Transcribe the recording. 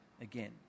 again